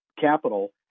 Capital